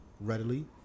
Readily